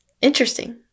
Interesting